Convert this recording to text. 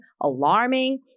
alarming